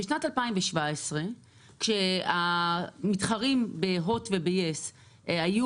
בשנת 2017 כאשר המתחרים ב-הוט וב-יס היו